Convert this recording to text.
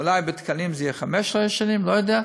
אולי בתקנים זה יהיה חמש שנים, לא יודע.